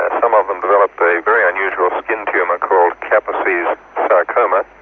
and some of them developed a very unusual skin tumour called kaposi's sarcoma,